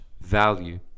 value